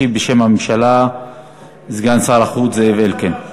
ישיב בשם הממשלה סגן שר החוץ זאב אלקין.